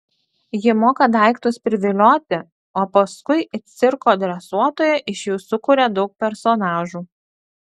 ji moka daiktus privilioti o paskui it cirko dresuotoja iš jų sukuria daug personažų